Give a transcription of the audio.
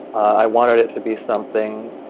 i wanted it to be something